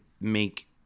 make